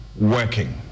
working